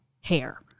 hair